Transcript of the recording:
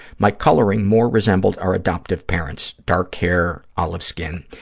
my coloring more resembled our adoptive parents, dark hair, olive skin,